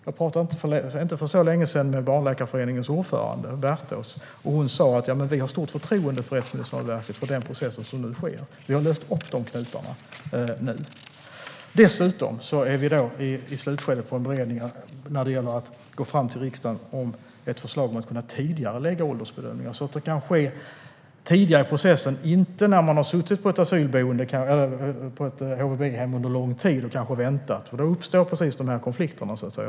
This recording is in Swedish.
Jag pratade för inte så länge sedan med Svenska Barnläkarföreningens ordförande Bärtås, och hon sa att man har stort förtroende för Rättsmedicinalverket och den process som nu sker. Vi har löst upp de knutarna. Dessutom är vi i slutskedet av en beredning när det gäller att lämna ett förslag till riksdagen om att kunna tidigarelägga åldersbedömningar så att de kan ske tidigare i processen och inte när man kanske redan har suttit på ett HVB-hem och väntat under lång tid, för det är då riskerna uppstår.